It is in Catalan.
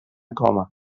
coma